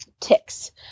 ticks